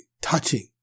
touching